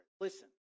Listen